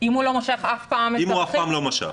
אם הוא אף פעם לא משך.